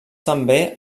també